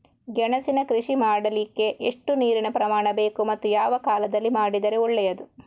ಗೆಣಸಿನ ಕೃಷಿ ಮಾಡಲಿಕ್ಕೆ ಎಷ್ಟು ನೀರಿನ ಪ್ರಮಾಣ ಬೇಕು ಮತ್ತು ಯಾವ ಕಾಲದಲ್ಲಿ ಮಾಡಿದರೆ ಒಳ್ಳೆಯದು?